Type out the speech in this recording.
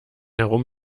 herum